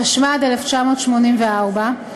התשמ"ד 1984,